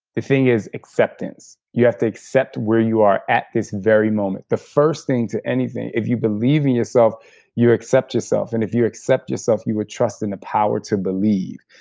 the thing is acceptance. you have to accept where you are at this very moment. the first thing to anything if you believe in yourself you accept yourself. and if you accept yourself, you would trust in the power to believe.